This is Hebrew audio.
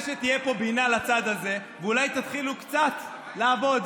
לצד הזה, ואולי תתחילו קצת לעבוד,